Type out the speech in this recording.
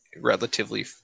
relatively